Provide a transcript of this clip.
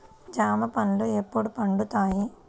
జామ పండ్లు ఎప్పుడు పండుతాయి?